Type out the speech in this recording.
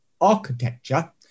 architecture